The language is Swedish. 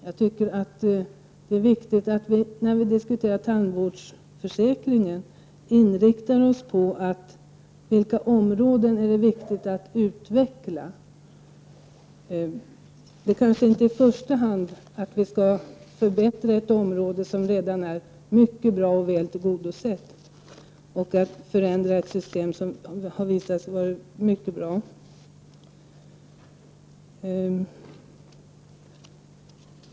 Jag tycker att det är viktigt att vi inriktar diskussionen om tandvårdsförsäkringen på de områden som vi anser att det är angeläget att utveckla. Vi bör inte i första hand förbättra områden som redan är väl tillgodosedda eller förändra system som har visat sig vara mycket bra.